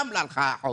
גם לה הלכה אחות.